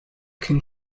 can